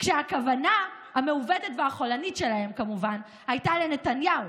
והכוונה המעוותת והחולנית שלהם כמובן הייתה לנתניהו,